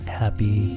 happy